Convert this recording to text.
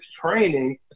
training